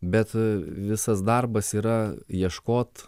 bet visas darbas yra ieškot